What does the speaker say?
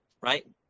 right